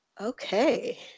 Okay